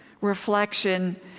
reflection